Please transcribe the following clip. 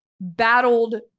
battled